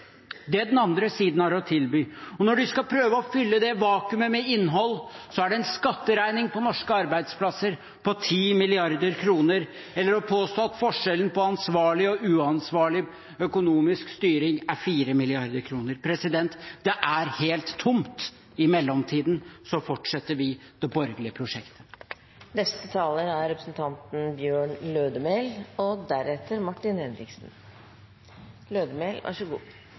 er det alternativet, det den andre siden har å tilby. Når de skal prøve å fylle det vakuumet med innhold, så er det en skatteregning på norske arbeidsplasser på 10 mrd. kr, eller å påstå at forskjellen på ansvarlig og uansvarlig økonomisk styring er 4 mrd. kr. Det er helt tomt. I mellomtiden fortsetter vi det borgerlige